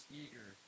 eager